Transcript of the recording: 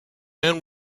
and